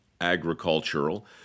agricultural